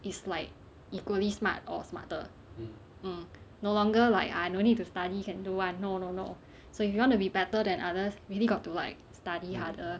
is like equally smart or smarter mm no longer like I no need to study can do [one] no no no so if you wanna be better than others really got to like study harder